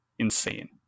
insane